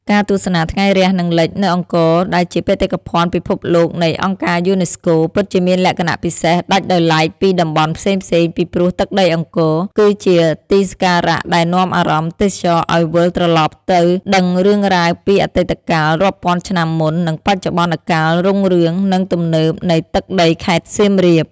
ការទស្សនាថ្ងៃរះ និងលិច នៅអង្គរដែលជាបេតិកភណ្ឌពិភពលោកនៃអង្គរការយូណេស្កូ ពិតជាមានលក្ខណៈពិសេសដាច់ដោយឡែកពីតំបន់ផ្សេងៗ ពីព្រោះ ទឹកដីអង្គរ គឺជាទីសក្ការៈដែលនាំអារម្មណ៍ទេសចរឲ្យវិលត្រឡប់ទៅដឹងរឿងរ៉ាវពីអតីតកាលរាប់ពាន់ឆ្នាំមុន និងបច្ចុប្បន្នកាលរុងរឿង និងទំនើបនៃទឹកដីខេត្តសៀមរាប។